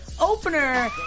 opener